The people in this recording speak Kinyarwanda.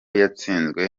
yatsinzwe